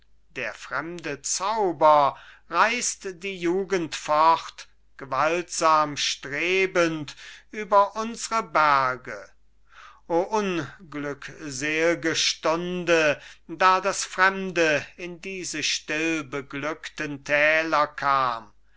der fremde zauber reisst die jugend fort gewaltsam strebend über unsre berge o unglücksel'ge stunde da das fremde in diese still beglückten täler kam